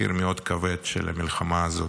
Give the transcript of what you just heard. מאוד כבד של המלחמה הזאת.